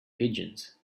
pigeons